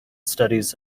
studies